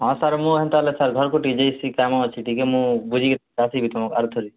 ହଁ ସାର୍ ମୁ ହେନ୍ତା ହେଲେ ଘରକୁ ଟିକେ ଯିବି କାମ ଅଛି ଟିକେ ମୁ ବୁଝିକି ଆସିବି ତୁମ ଆର୍ ଥରକୁ